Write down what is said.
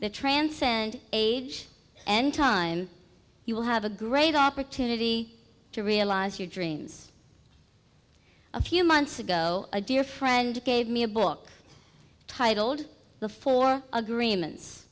they transcend age and time you will have a great opportunity to realize your dreams a few months ago a dear friend gave me a book titled the four agreements